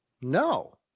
no